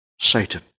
Satan